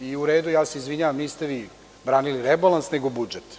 U redu, ja se izvinjavam, niste vi branili rebalans, nego budžet.